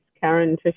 Karen